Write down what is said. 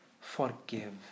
forgive